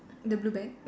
the blue bag